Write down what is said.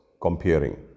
comparing